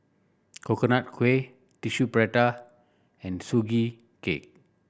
Coconut Kuih Tissue Prata and Sugee Cake